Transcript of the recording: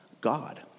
God